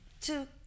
two